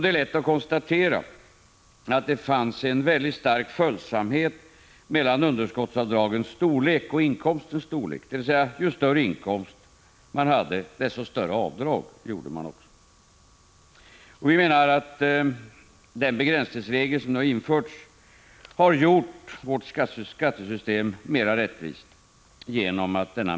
Det är lätt att konstatera att det fanns en mycket stark följsamhet mellan underskottsavdragens storlek och inkomstens storlek, dvs. ju större inkomst man hade, desto större avdrag gjorde man också. Vi menar att den begränsningsregel som nu har införts har gjort vårt skattesystem mera rättvist.